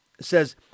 Says